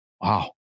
wow